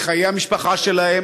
מחיי המשפחה שלהם,